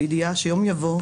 בידיעה שיום יבוא,